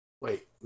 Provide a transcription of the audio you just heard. Wait